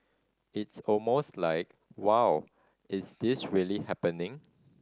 it's almost like wow is this really happening